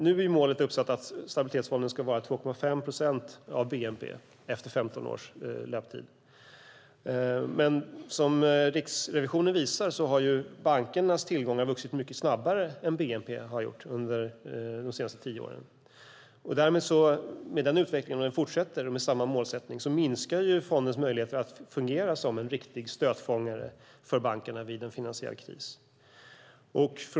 Nu är målet att Stabilitetsfonden ska vara 2,5 procent av bnp efter 15 års löptid. Som Riksrevisionen visar har bankernas tillgångar vuxit mycket snabbare än bnp under de senaste tio åren. Med den utvecklingen och med samma målsättning minskar fondens möjligheter att fungera som en riktig stötfångare för bankerna vid en finansiell kris.